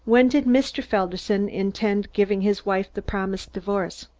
when did mr. felderson intend giving his wife the promised divorce?